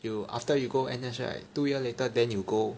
you after you go N_S right two year later then you go